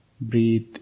Breathe